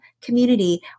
community